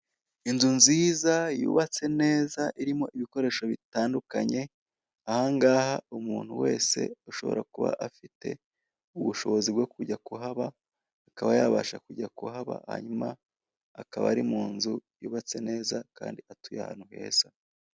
Inzu nziza yubatse neza irimo ibikoresho bitandukanye, ahangaha umuntu wese ushobora kuba afite ubushobozi bwo kujya kuhaba, akaba yabasha kujya kuhaba hanyuma akaba ari mu nzu yubatse neza kandi atuye ahantu heza.